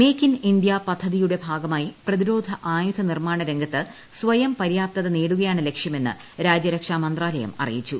make in India പദ്ധതിയുടെ ഭാഗമായി പ്രതിരോധ ആയുധ്യ നിർമ്മാണ രംഗത്ത് സ്വയം പര്യാപ്തത നേടുകയാണ് ലക്ഷ്യമെന്നു രാജ്യ രക്ഷാമന്ത്രാലയം അറിയിച്ചു